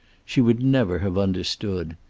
she would never have understood.